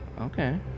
Okay